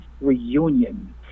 reunion